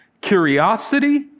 curiosity